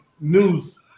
news